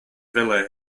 villa